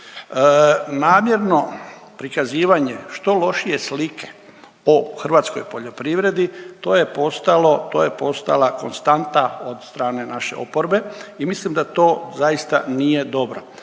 Namjerno prikazivanje što lošije slike o hrvatskoj poljoprivredi, to je postalo, to je postala konstanta od strane naše oporbe i mislim da to zaista nije dobro.